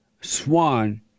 Swan